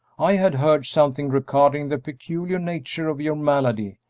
i had heard something regarding the peculiar nature of your malady,